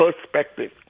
perspective